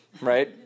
Right